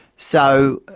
so,